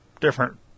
different